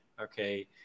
Okay